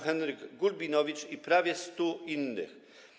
Henryk Gulbinowicz i prawie 100 innych.